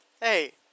Hey